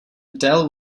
adele